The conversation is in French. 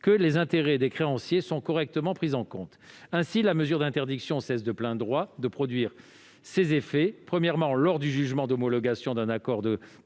que les intérêts des créanciers sont correctement pris en compte. Ainsi, la mesure d'interdiction cesse de plein droit de produire ses effets soit lors du jugement d'homologation d'un accord de